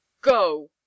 Go